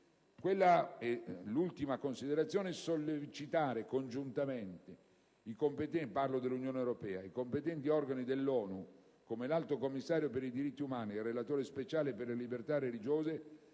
l'Unione europea deve sollecitare congiuntamente i competenti organi dell'ONU, come l'Alto Commissario per i diritti umani e il Relatore speciale per le libertà religiose,